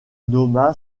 nomma